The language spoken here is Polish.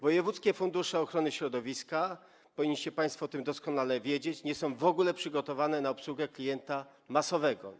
Wojewódzkie fundusze ochrony środowiska - powinniście państwo o tym doskonale wiedzieć - nie są w ogóle przygotowane na obsługę klienta masowego.